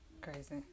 Crazy